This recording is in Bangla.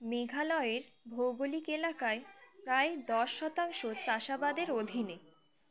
মেঘালয়ের ভৌগোলিক এলাকায় প্রায় দশ শতাংশ চাষাবাদের অধীনে